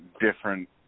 different